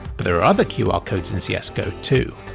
but there are other qr codes in cs go, too!